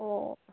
অ'